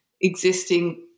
existing